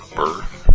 birth